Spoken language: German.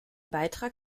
beitrag